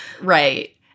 Right